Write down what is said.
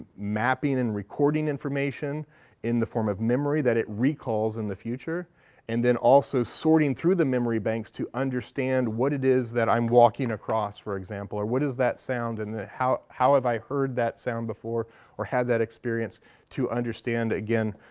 mapping and recording information in the form of memory that it recalls in the future and then also sorting through the memory banks to understand what it is that i'm walking across, for example, or what is that sound and how how have i heard that sound before or had that experience to understand, again,